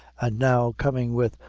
and now coming with,